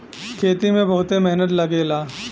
खेती में बहुते मेहनत लगेला